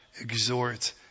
exhort